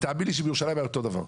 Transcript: תאמין לי שבירושלים היה אותו דבר.